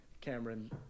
Cameron